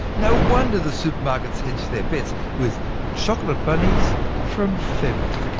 no wonder the supermarkets hedge their bets with chocolate bunnies from february.